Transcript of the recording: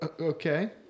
Okay